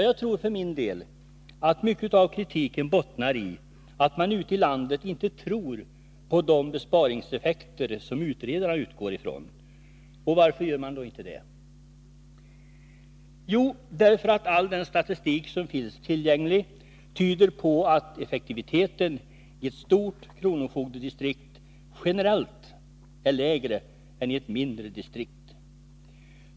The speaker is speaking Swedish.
Jag tror för min del att mycket av kritiken bottnar i att man ute i landet inte tror på de besparingseffekter som utredarna utgår ifrån. Och varför gör man inte det? Jo, därför att all den statistik som finns tillgänglig tyder på att effektiviteten i ett stort kronofogdedistrikt generellt är lägre än i ett mindre distrikt.